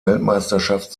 weltmeisterschaft